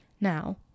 Now